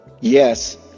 Yes